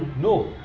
No